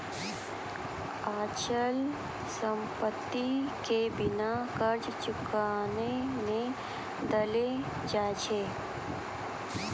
अचल संपत्ति के बिना कर्जा चुकैने नै देलो जाय छै